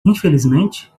infelizmente